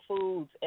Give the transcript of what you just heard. Foods